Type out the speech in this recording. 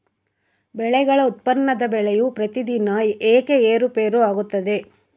ಬೆಳೆಗಳ ಉತ್ಪನ್ನದ ಬೆಲೆಯು ಪ್ರತಿದಿನ ಏಕೆ ಏರುಪೇರು ಆಗುತ್ತದೆ?